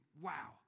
wow